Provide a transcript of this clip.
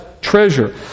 treasure